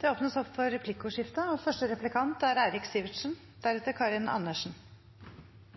Det blir replikkordskifte. Det hersker bred enighet i denne saken om at det er en både kompleks og